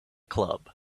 club